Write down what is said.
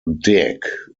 dick